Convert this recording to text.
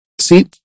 See